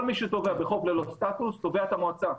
כל מי שטובע בחוף ללא סטטוס, תובע את המועצה.